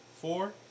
Four